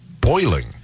boiling